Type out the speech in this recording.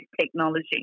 technology